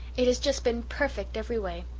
it has just been perfect every way.